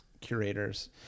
curators